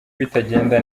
bitagenda